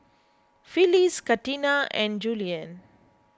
Phyliss Katina and Julianne